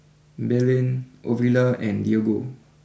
Belen Ovila and Diego